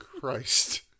Christ